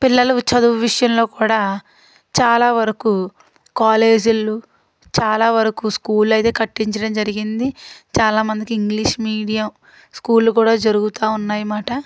పిల్లలకు చదువు విషయంలో కూడా చాలా వరకు కాలేజీలు చాలా వరకు స్కూల్ అయితే కట్టించడం జరిగింది చాలా మందికి ఇంగ్లీష్ మీడియం స్కూల్ కూడా జరుగుతూ ఉన్నాయన్నమాట